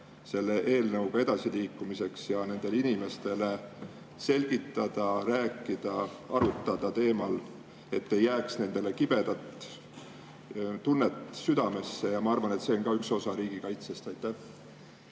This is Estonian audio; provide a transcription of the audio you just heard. selle eelnõuga edasiliikumiseks ja inimestele selgitada, rääkida, nendega arutada, et neile ei jääks kibedat tunnet südamesse? Ma arvan, et see on ka üks osa riigikaitsest. Aitäh!